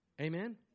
Amen